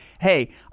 hey